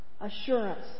Assurance